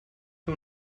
que